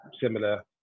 similar